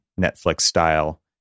Netflix-style